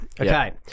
Okay